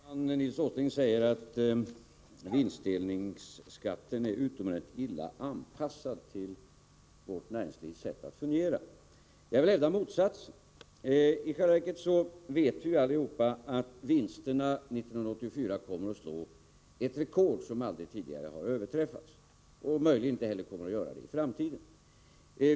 Herr talman! Nils Åsling säger att vinstdelningsskatten är utomordentligt illa anpassad till vårt näringslivs sätt att fungera. Jag vill hävda motsatsen. I själva verket vet vi alla att vinsterna 1984 kommer att slå ett rekord som aldrig tidigare har överträffats och möjligen aldrig kommer att göra det i framtiden.